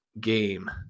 game